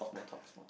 small talk small talk